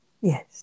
Yes